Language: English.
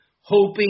hoping